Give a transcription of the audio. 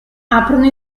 aprono